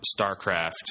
StarCraft